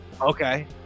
okay